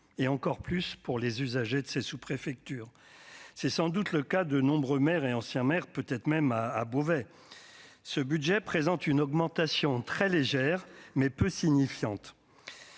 et encore plus pour les usagers de ces sous-préfecture, c'est sans doute le cas de nombreux maires et ancien maire, peut être même à Beauvais ce budget présente une augmentation très légère mais peu signifiantes.